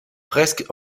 presque